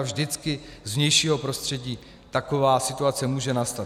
Vždycky z vnějšího prostředí taková situace může nastat.